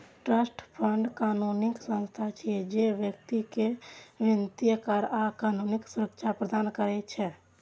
trust fund कानूनी संस्था छियै, जे व्यक्ति कें वित्तीय, कर आ कानूनी सुरक्षा प्रदान करै छै